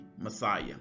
Messiah